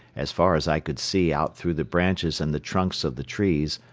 as far as i could see out through the branches and the trunks of the trees,